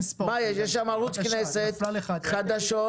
יש שם ערוץ כנסת, חדשות.